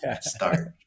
start